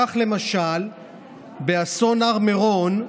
כך למשל באסון מירון,